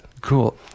Cool